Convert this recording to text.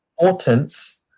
importance